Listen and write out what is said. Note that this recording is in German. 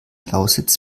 lausitz